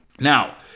Now